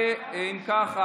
אם כך,